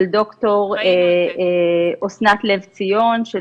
של ד"ר אסנת לב ציון -- ראינו את זה.